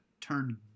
turn